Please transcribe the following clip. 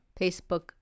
Facebook